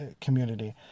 community